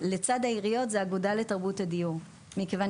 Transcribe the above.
לצד העיריות היא האגודה לתרבות הדיור מכיוון